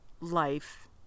life